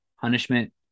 punishment